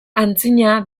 antzina